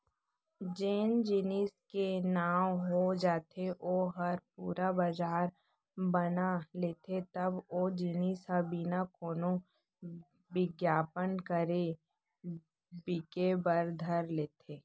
जेन जेनिस के नांव हो जाथे ओ ह पुरा बजार बना लेथे तब ओ जिनिस ह बिना कोनो बिग्यापन करे बिके बर धर लेथे